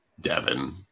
devon